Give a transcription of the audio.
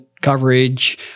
coverage